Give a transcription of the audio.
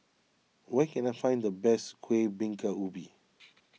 where can I find the best Kuih Bingka Ubi